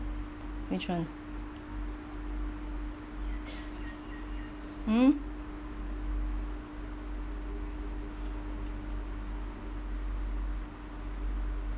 which one mm